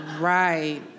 Right